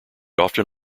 often